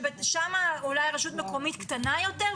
אולי רשות מקומית קטנה יותר,